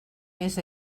més